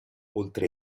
oltre